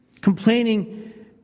Complaining